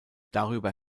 darüber